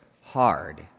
hard